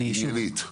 עניינית.